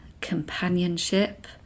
companionship